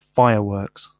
fireworks